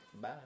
Bye